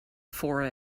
for